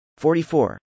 44